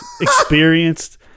experienced